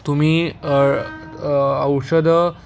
तुम्ही औषधं